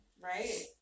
Right